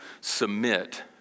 submit